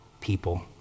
people